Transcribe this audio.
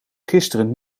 gisteren